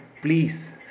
please